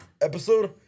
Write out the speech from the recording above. episode